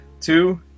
two